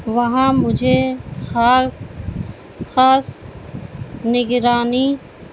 وہاں مجھے خاک خاص نگرانی